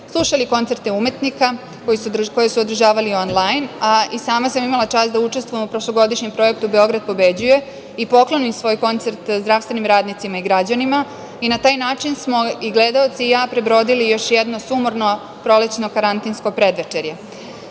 slušali koncerte umetnika koji su se održavali onlajn, a i sama sam imala čast da učestvujem u prošlogodišnjem projektu „Beograd pobeđuje“ i poklonim svoj koncert zdravstvenim radnicima i građanima i na taj način smo i gledaoci i ja prebrodili još jedno sumorno prolećno karantinsko predvečerje.Za